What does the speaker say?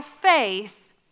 faith